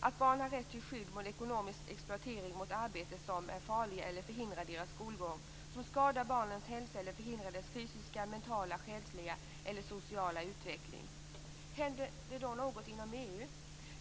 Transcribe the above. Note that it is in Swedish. att barn har rätt till skydd mot ekonomisk exploatering, mot arbete som är farligt eller förhindrar deras skolgång, som skadar barnens hälsa eller förhindrar deras fysiska, mentala, själsliga eller sociala utveckling. Händer det då något inom EU?